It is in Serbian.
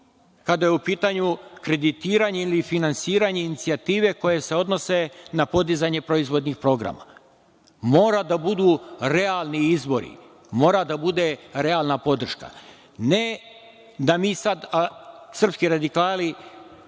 kada je u pitanju kreditiranje ili finansiranje inicijative koje se odnose na podizanje proizvodnih programa. Mora da budu realni izvori. Mora da bude realna podrška. Ne da mi sad, srpski radikali,